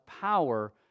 power